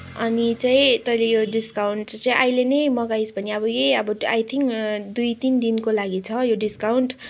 अनि चाहिँ तैँले यो डिस्काउन्ट चाहिँ अहिले नै मगाइस् भने अब यही अब आई थिङ्क दुई तिन दिनको लागि छ यो डिस्काउन्ट